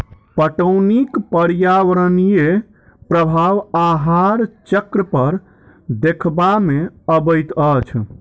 पटौनीक पर्यावरणीय प्रभाव आहार चक्र पर देखबा मे अबैत अछि